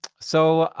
so,